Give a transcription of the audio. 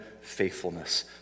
faithfulness